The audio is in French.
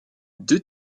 deux